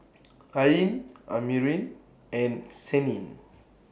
Ain Amrin and Senin